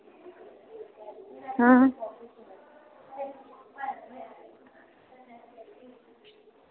आं